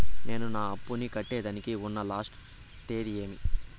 నేను నా అప్పుని కట్టేదానికి ఉన్న లాస్ట్ తేది ఏమి?